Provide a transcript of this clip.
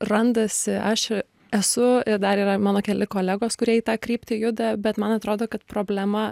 randasi aš esu dar yra mano keli kolegos kurie į tą kryptį juda bet man atrodo kad problema